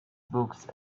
books